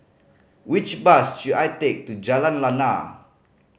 which bus should I take to Jalan Lana